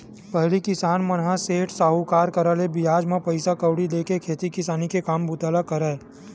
पहिली किसान मन ह सेठ, साहूकार करा ले बियाज म पइसा कउड़ी लेके खेती किसानी के काम बूता ल करय